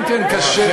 כן, כן, קשה.